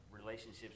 relationships